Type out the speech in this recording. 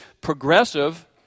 progressive